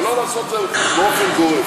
אבל לא לעשות את זה באופן גורף.